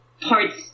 parts